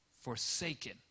forsaken